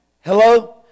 Hello